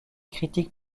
critiques